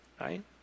right